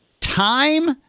Time